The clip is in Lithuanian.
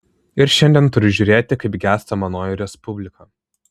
ir šiandien turiu žiūrėti kaip gęsta manoji respublika